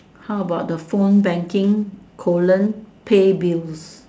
how about the phone banking colon pay bills